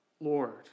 Lord